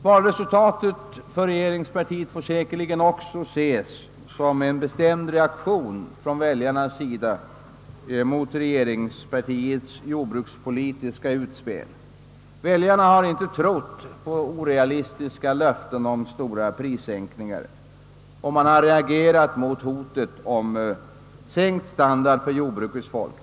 Valresultatet för regeringspartiet får säkerligen också ses som en bestämd reaktion från väljarnas sida mot regeringspartiets jordbrukspolitiska utspel. Väljarna har inte trott på de orealistiska löftena om stora prissänkningar på livsmedel och de har reagerat mot hotet om sänkt standard för jordbrukets folk.